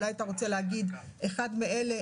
אולי אתה רוצה להגיד אחד מאלה,